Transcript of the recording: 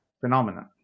phenomenon